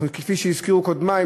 כפי שהזכירו קודמי,